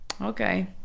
Okay